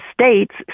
states